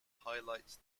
highlights